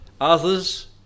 others